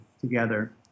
together